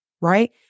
right